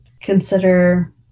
consider